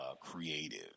creative